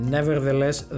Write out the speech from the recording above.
Nevertheless